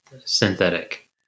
synthetic